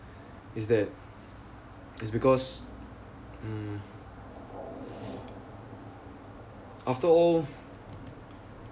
is that it's because mm after all